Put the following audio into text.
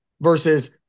versus